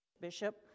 bishop